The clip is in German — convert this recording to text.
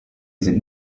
sind